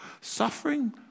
Suffering